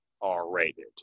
R-rated